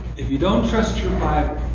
if you don't trust your bible,